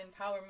empowerment